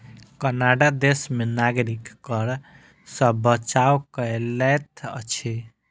Canada देश में नागरिक कर सॅ बचाव कय लैत अछि